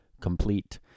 complete